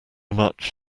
much